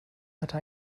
hatte